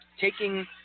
taking